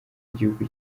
nigihugu